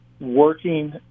working